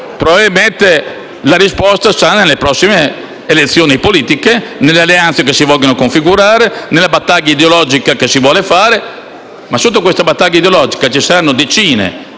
Probabilmente la risposta sta nelle prossime elezioni politiche, nelle alleanze che si vogliono configurare, nella battaglia ideologica che si vuole fare. Tuttavia sotto questa battaglia ideologica ci saranno decine,